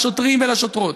לשוטרים ולשוטרות.